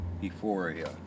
Euphoria